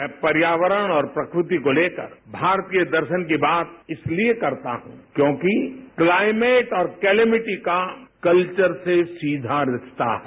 मैं पर्यावरण और प्रकृति को लेकर भास्तीय दर्शन की बात इसलिए करता हूं कि क्योंकि क्लाइनेट और क्लेमिटी का कल्वर से सीवा रिस्ता है